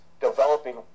developing